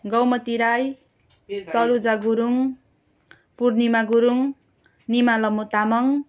Gomti Rai Saroja Gurung Purnima Gurung Nima Lamu Tamang